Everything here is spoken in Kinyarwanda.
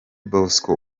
bosco